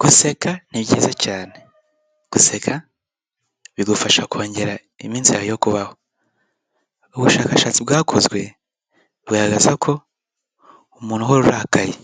Guseka ni byiza cyane, guseka bigufasha kongera iminsi yawe yo kubaho, ubushakashatsi bwakozwe bugaragaza ko umuntu uhora urakaye